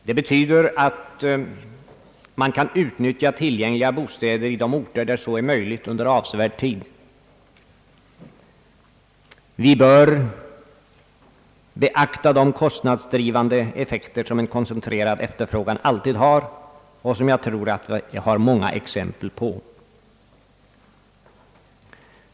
Det betyder att man under avsevärd tid kan utnyttja tillgängliga bostäder i de orter där så är möjligt. Vi bör beakta de kostnadsdrivande effekter som en koncentrerad efterfrågan alltid har, och som vi har många exempel på.